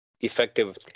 effective